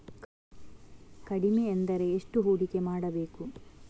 ಕಡಿಮೆ ಎಂದರೆ ಎಷ್ಟು ಹೂಡಿಕೆ ಮಾಡಬೇಕು?